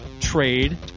trade